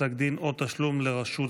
פסק דין או תשלום לרשות),